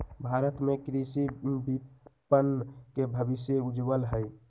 भारत में कृषि विपणन के भविष्य उज्ज्वल हई